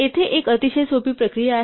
येथे एक अतिशय सोपी प्रक्रिया आहे